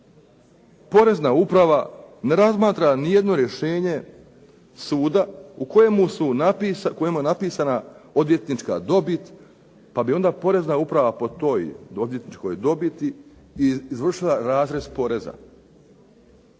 porezna uprava ne razmatra nijedno rješenje suda u kojemu je napisana odvjetnička dobit pa bi onda porezna uprava po toj odvjetničkoj dobiti izvršila razrez poreza.